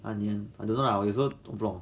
onion I don't know lah 我有时候我不懂